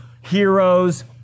heroes